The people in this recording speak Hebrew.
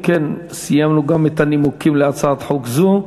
אם כן, סיימנו גם את הנימוקים להצעת חוק זו.